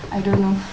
I don't know